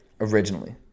originally